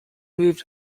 moved